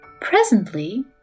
Presently